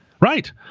Right